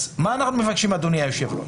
אז מה אנחנו מבקשים, אדוני היושב-ראש?